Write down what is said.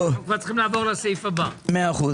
בבקשה.